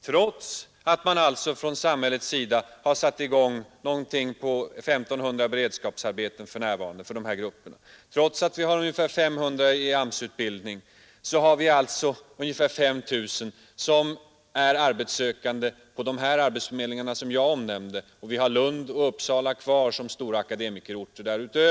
Men trots att man alltså från samhällets sida har satt i gång omkring 1500 beredskapsarbeten för närvarande för dessa grupper och trots att vi har ungefär 500 i AMS-utbildning, så har vi ungefär 5 000 som är arbetssökande på de arbetsförmedlingar jag omnämnde — och därutöver har vi Lund och Uppsala som stora akademikerorter.